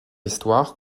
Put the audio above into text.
histoire